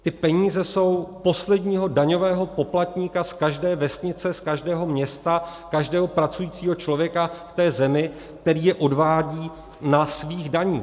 Ty peníze jsou posledního daňového poplatníka z každé vesnice, z každého města, každého pracujícího člověka v té zemi, který je odvádí na svých daních.